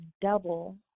double